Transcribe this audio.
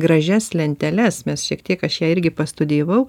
gražias lenteles mes šiek tiek aš ją irgi pastudijavau